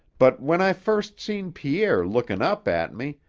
but when i first seen pierre lookin' up at me,